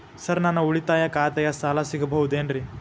Sir ನನ್ನ ಉಳಿತಾಯ ಖಾತೆಯ ಸಾಲ ಸಿಗಬಹುದೇನ್ರಿ?